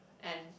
and